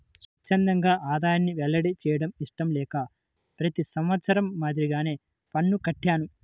స్వఛ్చందంగా ఆదాయాన్ని వెల్లడి చేయడం ఇష్టం లేక ప్రతి సంవత్సరం మాదిరిగానే పన్ను కట్టాను